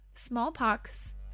smallpox